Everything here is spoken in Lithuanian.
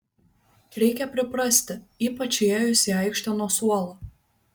reikia priprasti ypač įėjus į aikštę nuo suolo